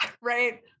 Right